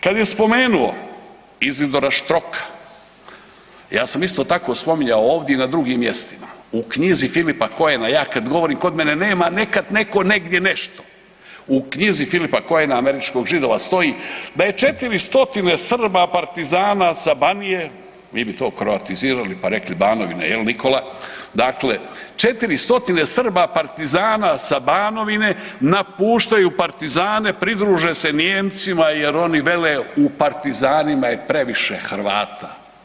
Kad bih spomenuo Izidora Štroka ja sam isto tako spominjao ovdje i na drugim mjestima, u knjizi Philipa Cohena ja kad govorim kod mene nema nekad, neko, negdje, nešto u knjizi Philipa Cohena američkog Židova stoji da je 400 Srba partizana sa Banije, vi bi to kroatizirali pa rekli Banovine jel Nikola, dakle 400 Srba partizana sa Banovine napuštaju partizane pridruže se Nijemcima jer oni vele u partizanima je previše Hrvata.